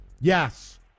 Yes